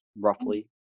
roughly